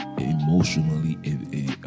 emotionally